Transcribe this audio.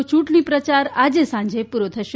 યૂંટણી પ્રચાર આજે સાંજે પૂરો થશે